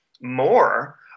more